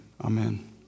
Amen